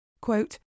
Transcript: Quote